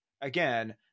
again